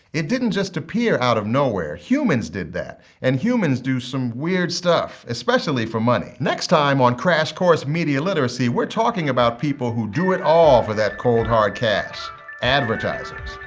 it didn't just appear out of nowhere humans did that. and humans do some weird stuff, especially for money. next time on crash course media literacy we're talking about people who do it all for that cold hard cash advertisers.